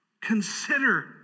Consider